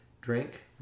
drink